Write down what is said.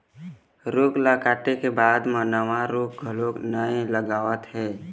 रूख ल काटे के बाद म नवा रूख घलोक नइ लगावत हे